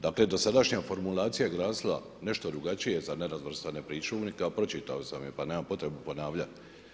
Dakle, dosadašnja formulacija je glasila, nešto drugačije za nerazvrstane pričuvnike, a pročitao sam ju, pa nemam potrebu ponavljati.